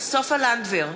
סופה לנדבר,